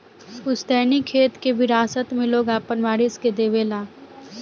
पुस्तैनी खेत के विरासत मे लोग आपन वारिस के देवे ला